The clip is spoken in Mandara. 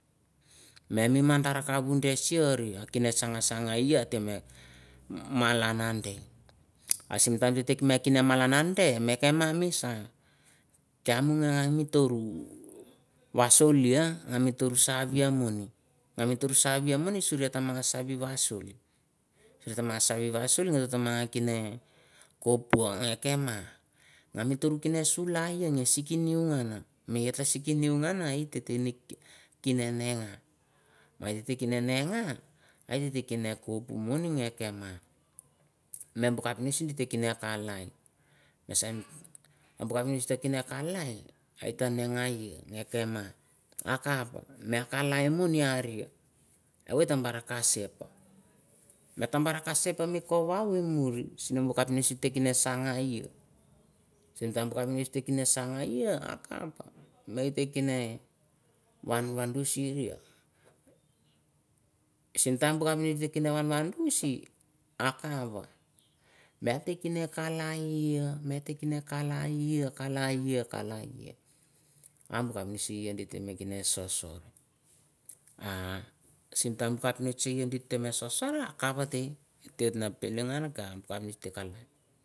Me mi madar konp de sur kava sanga sawa ai malan ande simi tine ate malan ande re ma misa kia mu ni vasulia a vafur saviamoni a vatur saviamoni suri ta vasulia ta ma kina kopoko kenga ke matur kana mi sulai ma sikin me et ta sikin ngan et ta kina denga et ta kina denga kop mo kepnitch kina kalai etsen bu kepnitch et ta denga e ke ta a kap a kalaimo ra e e wu ta kasep ta ve bo kesep mi kovao mi mure sin bo kepnitch ta sanga a ia sin bu kepnitch na sanga ia a kap me kinne vanvandu sarei sim time ke no van vandusuri a kapa gite kini kalai kini kalai kalai kini kalai kalai me bu kepnitch kini sosor time bu kepnitch sorsor a kapate et tem no num ngan ba giteno kalai